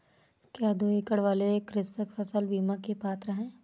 क्या दो एकड़ वाले कृषक फसल बीमा के पात्र हैं?